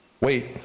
wait